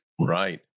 Right